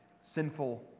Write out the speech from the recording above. sinful